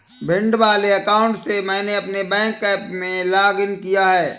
भिंड वाले अकाउंट से मैंने अपने बैंक ऐप में लॉग इन किया